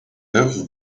have